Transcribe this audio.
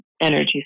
energy